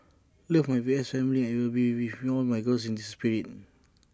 love my V S family and will be with all my girls in spirit